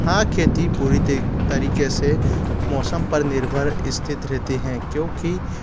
हाँ खेती पूरी तरीके से मौसम पर निर्भर स्थित रहती हैं क्योंकि